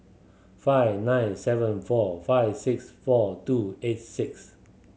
five nine seven four five six four two eight six